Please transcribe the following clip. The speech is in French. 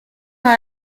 dans